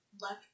left